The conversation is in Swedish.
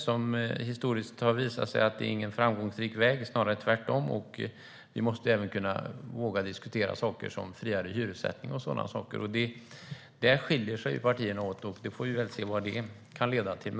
Det har historiskt visa sig inte vara en framgångsrik väg - snarare tvärtom. Vi måste även våga diskutera frågor om till exempel friare hyressättning. Där skiljer sig partierna åt. Vi får se vad det kan leda till.